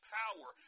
power